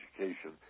education